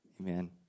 Amen